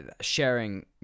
sharing